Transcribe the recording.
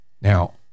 Now